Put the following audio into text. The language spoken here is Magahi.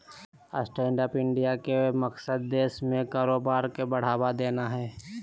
स्टैंडअप इंडिया के मकसद देश में कारोबार के बढ़ावा देना हइ